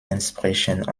entsprechend